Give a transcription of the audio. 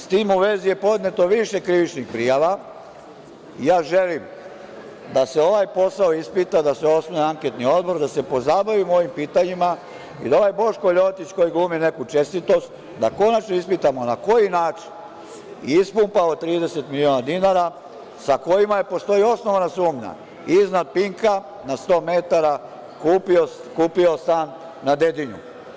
S tim u vezi je podneto više krivičnih prijava i ja želim da se ovaj posao ispita, da se osnuje anketni odbor, da se pozabavimo ovim pitanjima i da ovaj Boško Ljotić koji glumi neku čestitost, da ispitamo na koji način je ispumpao 30 miliona dinara, sa kojima, postoji osnovana sumnja iznad „Pinka“ na 100 metara, kupio stan na Dedinju.